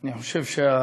בבקשה,